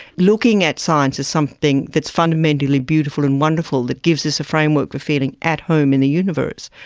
looking at science as something that is fundamentally beautiful and wonderful, that gives us a framework for feeling at home in the universe.